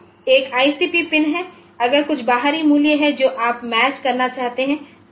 तो एक ICP pin है अगर कुछ बाहरी मूल्य है जो आप मैच करना चाहते हैं